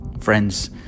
Friends